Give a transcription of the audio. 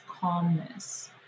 calmness